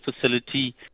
facility